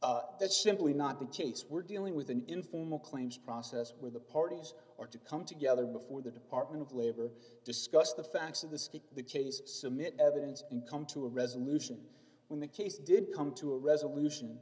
issue that's simply not the case we're dealing with an informal claims process where the parties or to come together before the department of labor discuss the facts of the the case submit evidence and come to a resolution when the case did come to a resolution